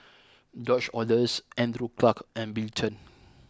George Oehlers Andrew Clarke and Bill Chen